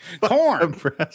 corn